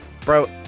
Bro